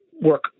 work